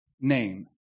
name